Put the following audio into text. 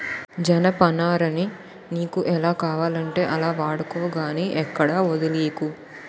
జనపనారని నీకు ఎలా కావాలంటే అలా వాడుకో గానీ ఎక్కడా వొదిలీకు